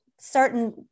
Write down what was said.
certain